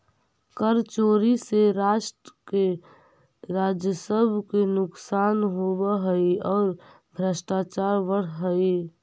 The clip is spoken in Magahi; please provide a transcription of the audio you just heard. कर चोरी से राष्ट्र के राजस्व के नुकसान होवऽ हई औ भ्रष्टाचार बढ़ऽ हई